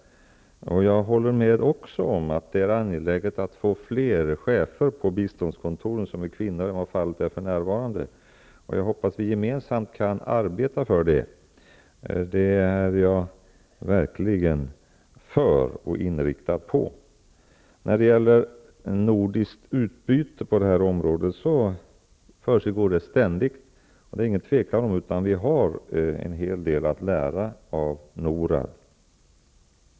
Jag håller också med om att det är angeläget att få fler chefer på biståndskontoren som är kvinnor än vad fallet är för närvarande. Jag hoppas att vi gemensamt kan arbeta för detta. Den saken är jag verkligen inriktad på. Nordiskt utbyte på detta område försiggår ständigt. Det är ingen tvekan om att vi har en hel del att lära av NORAD.